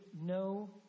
no